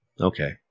Okay